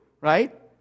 right